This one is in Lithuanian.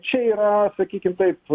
čia yra sakykim taip